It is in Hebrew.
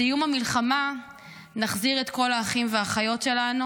בסיום המלחמה נחזיר את כל האחים והאחיות שלנו.